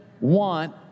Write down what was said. want